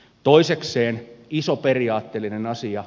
toisekseen iso periaatteellinen asia